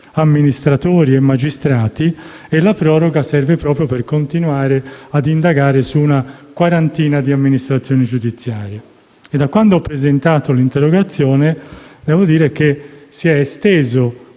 amministratori e magistrati, e la proroga serve proprio per continuare ad indagare su una quarantina di amministrazione giudiziarie. Da quando ho presentato l'interrogazione, devo dire che si è esteso